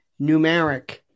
numeric